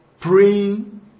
praying